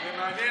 ווליד,